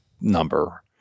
number